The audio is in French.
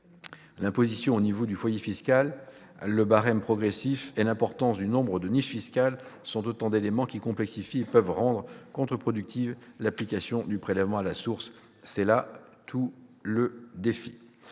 L'imposition au niveau du foyer fiscal, le barème progressif et l'importance du nombre de niches fiscales sont autant d'éléments qui complexifient et peuvent rendre contre-productive l'application du prélèvement à la source. Là est tout le défi.